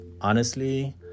Honestly